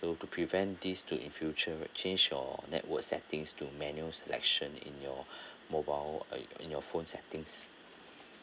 so to prevent this to in future change your network settings to manual selection in your mobile uh in your phone settings